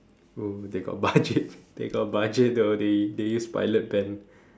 oh they got budget they got budget though they they use pilot pen